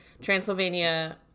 Transylvania